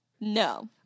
No